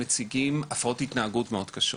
מציגים הפרעות התנהגות מאוד קשות.